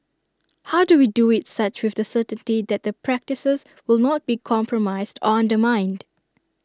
how do we do IT such with the certainty that the practices will not be compromised or undermined